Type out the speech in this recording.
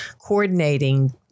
coordinating